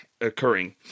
occurring